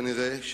כנראה,